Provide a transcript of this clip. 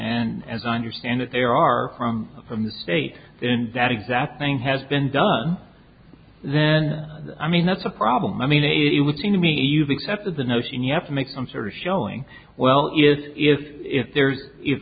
and as i understand it there are from from the state that exact thing has been done then i mean that's a problem i mean it would seem to me you've accepted the notion you have to make some sort of showing well if if there's if